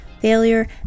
failure